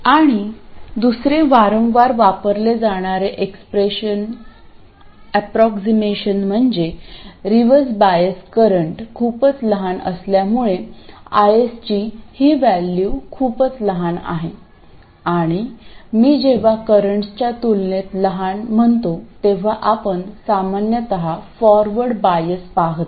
आणि दुसरे वारंवार वापरले जाणारे ऍप्रॉक्सीमेशन म्हणजे रिव्हर्स बायस करंट खूपच लहान असल्यामुळे IS ची ही व्हॅल्यू खूपच लहान आहे आणि मी जेव्हा करंट्सच्या तुलनेत लहान म्हणतो तेव्हा आपण सामान्यत फॉरवर्ड बायस पाहता